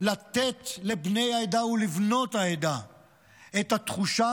לתת לבני העדה ולבנות העדה את התחושה